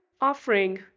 offering